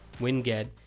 winget